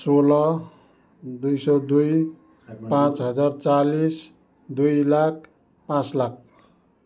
सोह्र दुई सय दुई पाँच हजार चालिस दुई लाख पाँच लाख